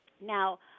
now